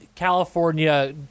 California